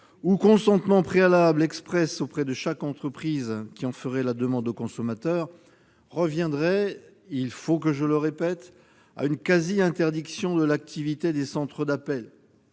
ou consentement préalable exprès auprès de chaque entreprise qui en ferait la demande au consommateur -reviendrait à une quasi-interdiction de l'activité des centres d'appels.